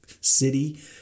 city